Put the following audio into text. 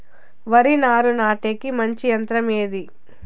వరి నారు నాటేకి మంచి యంత్రం ఏది?